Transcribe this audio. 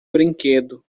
brinquedo